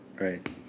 Right